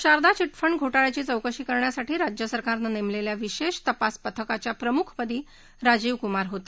Sharda chit fund घो ळ्याची चौकशी करण्यासाठी राज्य सरकारनं नेमलेल्या विशेष तपास पथकाच्या प्रमुखपदी राजीव कुमार होते